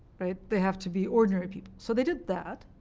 right? they have to be ordinary people. so they did that.